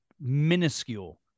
minuscule